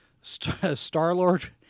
Star-Lord